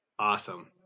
Awesome